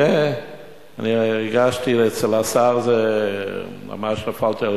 אני הגשתי זאת אצל השר וממש נפלתי על